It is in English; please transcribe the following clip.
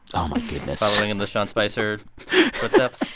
oh, my goodness. following in the sean spicer footsteps?